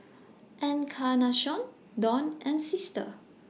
Encarnacion Don and Sister